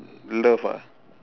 love ah